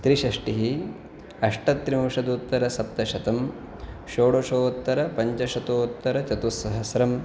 त्रिषष्टिः अष्टत्रिंशदुत्तरसप्तशतं षोडशोत्तरपञ्चशतोत्तरचतुःसहस्रम्